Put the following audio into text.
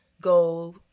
go